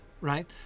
right